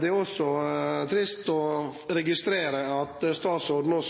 Det er også trist å registrere at statsråden nå,